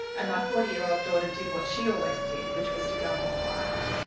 and my forty year old daughter did what she always did, which was to go and hide.